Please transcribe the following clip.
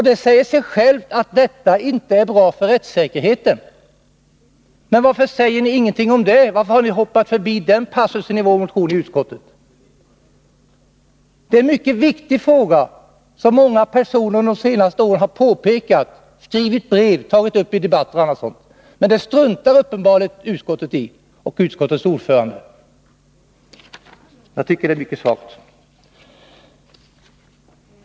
Det säger sig självt att detta inte är bra för rättssäkerheten. Varför säger utskottet ingenting om det? Varför har ni hoppat förbi den passusen i vår motion? Detta är en mycket viktig fråga, som många personer under de senaste åren har påpekat i brev och tagit upp i debatter. Men det struntar uppenbarligen utskottet och dess ordförande i. Jag tycker att det är mycket svagt.